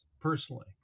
personally